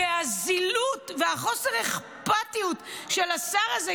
והזילות והחוסר אכפתיות של השר הזה,